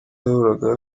yahoraga